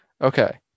Okay